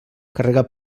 carregar